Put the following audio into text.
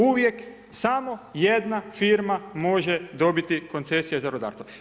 Uvijek samo jedna firma može dobiti koncesije za rudarstvo.